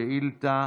שאילתה